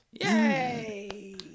Yay